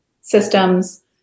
systems